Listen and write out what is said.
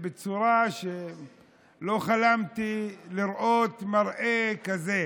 בצורה שלא חלמתי לראות מראה כזה,